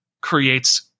creates